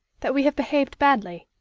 that we have behaved badly.